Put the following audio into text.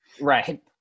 Right